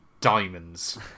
Diamonds